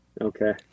Okay